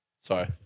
Sorry